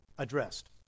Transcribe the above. addressed